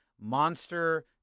Monster